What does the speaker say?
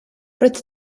roedd